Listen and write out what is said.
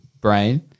brain